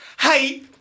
Hey